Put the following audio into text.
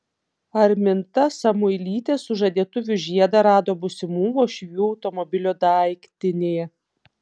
arminta samuilytė sužadėtuvių žiedą rado būsimų uošvių automobilio daiktinėje